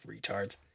retards